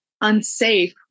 unsafe